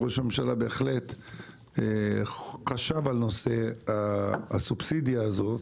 ראש הממשלה בהחלט חשב על נושא הסובסידיה הזה.